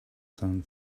sun